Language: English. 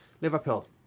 Liverpool